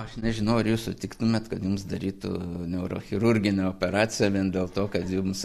aš nežinau ar jūs sutiktumėt kad jums darytų neurochirurginę operaciją vien dėl to kad jums